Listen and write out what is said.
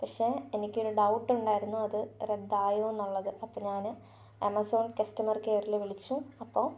പക്ഷെ എനിക്കൊരു ഡൗട്ട് ഉണ്ടായിരുന്നു അതു റദ്ദ് ആയോ എന്നുള്ളത് അപ്പോൾ ഞാൻ ആമസോൺ കസ്റ്റമർ കെയർ വിളിച്ചു അപ്പോൾ